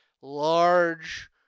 large